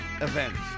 events